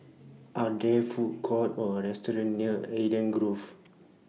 Are There Food Courts Or restaurants near Eden Grove